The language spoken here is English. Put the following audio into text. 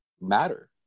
matter